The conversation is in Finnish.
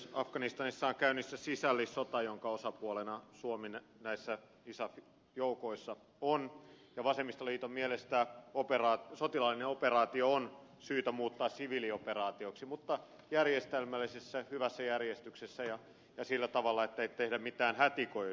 afganistanissa on käynnissä sisällissota jonka osapuolena suomi näissä isaf joukoissa on ja vasemmistoliiton mielestä sotilaallinen operaatio on syytä muuttaa siviilioperaatioksi mutta järjestelmällisessä hyvässä järjestyksessä ja sillä tavalla ettei tehdä mitään hätiköidysti